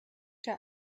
der